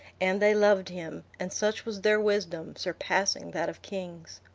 and they loved him, and such was their wisdom, surpassing that of kings.